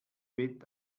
bett